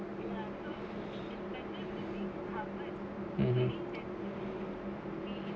mmhmm